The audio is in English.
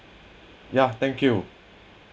ya thank you